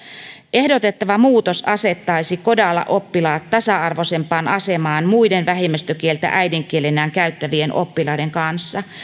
ehdotettava muutos asettaisi coda oppilaat tasa arvoisempaan asemaan muiden vähemmistökieltä äidinkielenään käyttävien oppilaiden kanssa